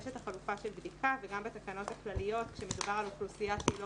יש את החלופה של בדיקה וגם בתקנות הכלליות כשמדובר על אוכלוסייה שהיא לא